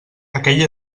aquell